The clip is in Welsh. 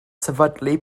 sefydlu